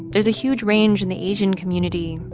there's a huge range in the asian community.